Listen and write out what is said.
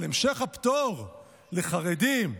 אבל המשך הפטור לחרדים,